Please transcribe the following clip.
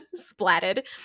Splatted